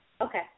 Okay